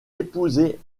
épousé